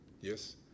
yes